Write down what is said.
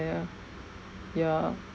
ya ya